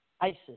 ISIS